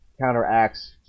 counteracts